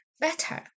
better